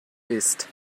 isst